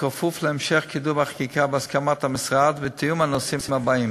כפוף להמשך קידום החקיקה בהסכמת המשרד ותיאום הנושאים האלה: